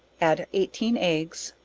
add eighteen eggs,